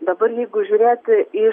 dabar jeigu žiūrėti iš